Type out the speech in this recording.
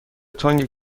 تنگ